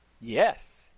Yes